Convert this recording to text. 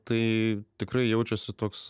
tai tikrai jaučiasi toks